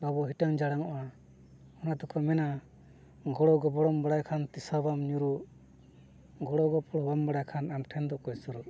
ᱵᱟᱵᱚᱱ ᱦᱤᱴᱟᱹᱝ ᱡᱷᱟᱲᱟᱝ ᱚᱜᱼᱟ ᱚᱱᱟ ᱛᱮᱠᱚ ᱢᱮᱱᱟ ᱜᱚᱲᱚ ᱜᱚᱯᱚᱲᱚᱢ ᱵᱟᱲᱟᱭ ᱠᱷᱟᱱ ᱛᱤᱥ ᱦᱚᱸ ᱵᱟᱢ ᱧᱩᱨᱩᱜ ᱜᱚᱲᱚ ᱜᱚᱯᱚᱲᱚ ᱵᱟᱢ ᱵᱟᱲᱟᱭ ᱠᱷᱟᱱ ᱟᱢ ᱴᱷᱮᱱ ᱫᱚ ᱚᱠᱚᱭ ᱥᱩᱨᱩᱜᱼᱟ